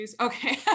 Okay